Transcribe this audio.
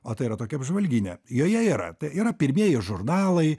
o tai yra tokia apžvalginė joje yra yra pirmieji žurnalai